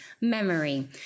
memory